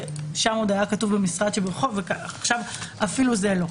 שם עוד היה כתוב במשרד שברחוב ועכשיו אפילו זה לא.